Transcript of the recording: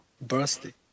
Birthday